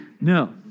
No